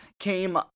Came